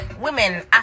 women